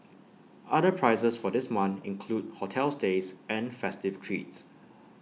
other prizes for this month include hotel stays and festive treats